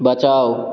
बचाउ